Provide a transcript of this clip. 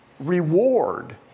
Reward